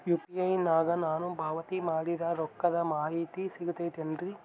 UPI ನಾಗ ನಾನು ಪಾವತಿ ಮಾಡಿದ ರೊಕ್ಕದ ಮಾಹಿತಿ ಸಿಗುತೈತೇನ್ರಿ?